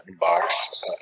box